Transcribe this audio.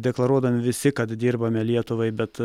deklaruodami visi kad dirbame lietuvai bet